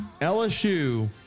LSU